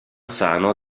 sano